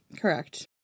correct